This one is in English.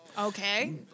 Okay